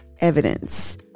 evidence